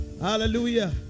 hallelujah